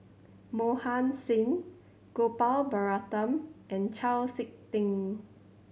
Mohan Singh Gopal Baratham and Chau Sik Ting